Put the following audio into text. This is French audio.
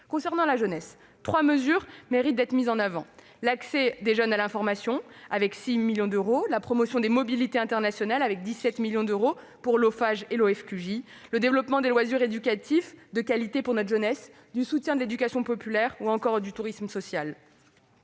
Concernant la jeunesse, trois mesures méritent d'être mises en avant : l'accès des jeunes à l'information, qui bénéficie de 6 millions d'euros, la promotion des mobilités internationales, avec 17 millions d'euros pour l'OFAJ et l'OFQJ, et le développement des loisirs éducatifs de qualité pour la jeunesse, le soutien à l'éducation populaire, ou encore le tourisme social.